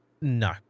No